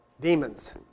demons